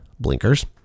Blinkers